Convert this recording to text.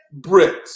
Brits